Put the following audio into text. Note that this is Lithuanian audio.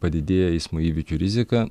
padidėja eismo įvykių rizika